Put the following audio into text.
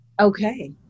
Okay